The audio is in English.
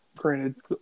granted